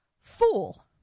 fool